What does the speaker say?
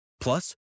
Plus